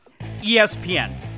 ESPN